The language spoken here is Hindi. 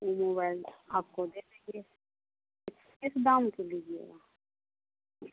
वो मोबाईल आपको दे देंगे एकदाम के दिजिएगा